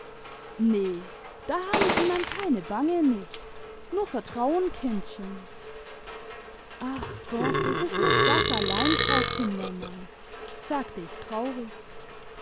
nee da haben sie man keine bange nicht nur vertrauen kindchen ach gott es ist nicht das allein frau kindermann sagte ich traurig